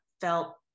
felt